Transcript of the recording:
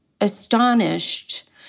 astonished